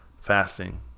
fasting